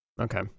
Okay